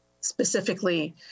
specifically